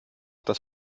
das